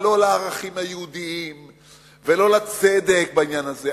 לא לערכים היהודיים ולא לצדק בעניין הזה.